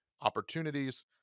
opportunities